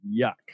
yuck